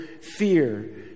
Fear